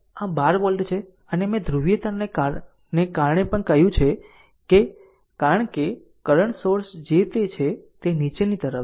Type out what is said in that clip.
આ 12 વોલ્ટ છે અને મેં ધ્રુવીયતાને પણ કહ્યું કારણ કે કરંટ સોર્સ જે તે છે તે નીચેની તરફ છે